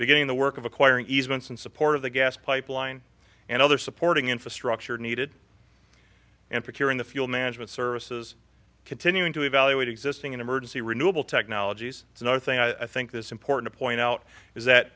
beginning the work of acquiring easements in support of the gas pipeline and other supporting infrastructure needed and procuring the fuel management services continuing to evaluate existing emergency renewable technologies is another thing i think this important to point out is that